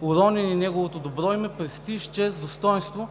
уронени неговото добре име, престиж, чест и достойнство,